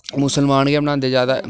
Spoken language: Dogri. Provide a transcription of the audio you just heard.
मुसलमान गै बनांदे ज्यादा